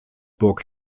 burg